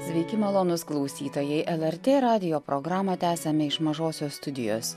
sveiki malonūs klausytojai lrt radijo programą tęsiame iš mažosios studijos